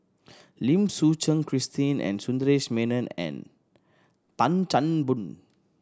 Lim Suchen Christine and Sundaresh Menon and Tan Chan Boon